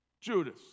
Judas